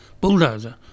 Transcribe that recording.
bulldozer